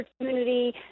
opportunity